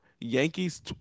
Yankees